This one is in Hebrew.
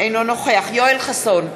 אינו נוכח יואל חסון,